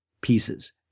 pieces